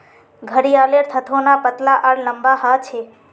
घड़ियालेर थथोना पतला आर लंबा ह छे